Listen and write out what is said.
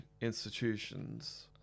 institutions